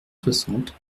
soixante